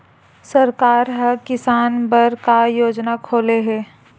सरकार ह किसान बर का योजना खोले हे?